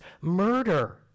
murder